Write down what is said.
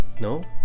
No